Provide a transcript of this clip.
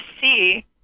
see